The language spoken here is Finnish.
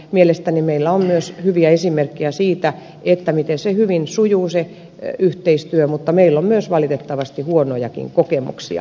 mielestäni meillä on myös hyviä esimerkkejä siitä miten se yhteistyö hyvin sujuu mutta meillä on myös valitettavasti huonojakin kokemuksia